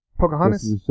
Pocahontas